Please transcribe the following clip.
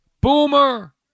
Boomer